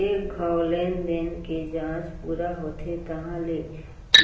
एक घौं लेनदेन के जांच पूरा होथे तहॉं ले